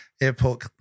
Airport